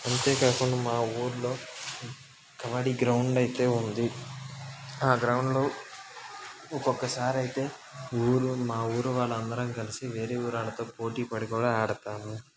అంతే కాకుండా మా ఊర్లో కబడ్డీ గ్రౌండ్ అయితే ఉంది ఆ గ్రౌండ్లో ఒక్కొక్క సారైతే ఊరు మా ఊరు వాళ్ళందరం కలిసి వేరే ఊరు వాళ్ళతో పోటీ పడి మరీ ఆడతాము